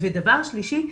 דבר שלישי,